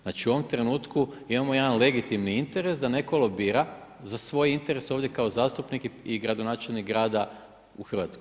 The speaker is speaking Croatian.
Znači u ovom trenutku mi imamo jedan legitimni interes da netko lobira za svoj interes ovdje kao zastupnik i gradonačelnik grada u Hrvatskoj.